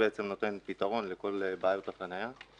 שבעצם נותן פתרון לכל בעיות החניה,